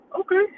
Okay